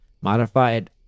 Modified